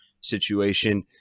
situation